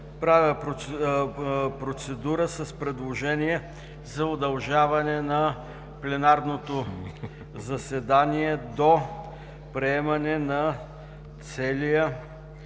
Правя процедура с предложение за удължаване на пленарното заседание до приемане на целия